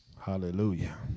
hallelujah